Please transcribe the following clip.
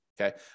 okay